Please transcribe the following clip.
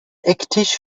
ecktisch